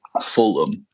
Fulham